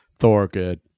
Thorgood